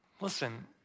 listen